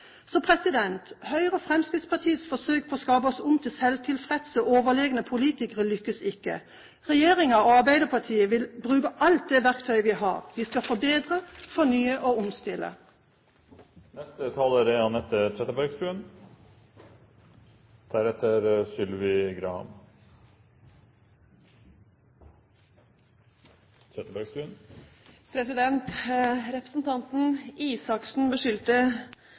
Høyre og Fremskrittspartiets forsøk på å skape oss om til selvtilfredse og overlegne politikere lykkes ikke. Regjeringen og Arbeiderpartiet vil bruke alt det verktøyet vi har. Vi skal forbedre, fornye og omstille.